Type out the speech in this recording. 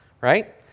Right